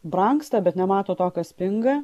brangsta bet nemato to kas pinga